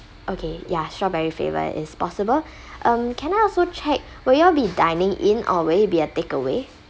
okay ya strawberry flavor is possible um can I also check would you all be dining in or would it be a takeaway